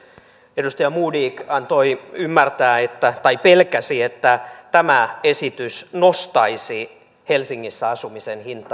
edustaja modig antoi ymmärtää tai pelkäsi että tämä esitys nostaisi helsingissä asumisen hintaa